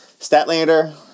Statlander